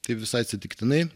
tai visai atsitiktinai